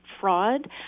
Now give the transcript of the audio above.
fraud